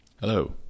Hello